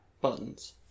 Buttons